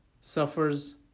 suffers